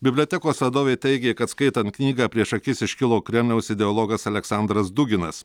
bibliotekos vadovė teigė kad skaitant knygą prieš akis iškilo kremliaus ideologas aleksandras duginas